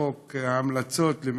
חוק ההמלצות.